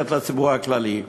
נתן לי ארבע דקות ושש שניות.